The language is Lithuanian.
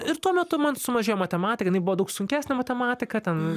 ir tuo metu man sumažėjo matematika jinai buvo daug sunkesnė matematika ten